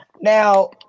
now